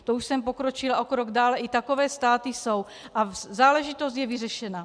To už jsem pokročila o krok dále, i takové státy jsou, a záležitost je vyřešena.